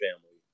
family